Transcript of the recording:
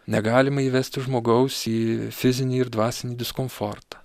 negalima įvesti žmogaus į fizinį ir dvasinį diskomfortą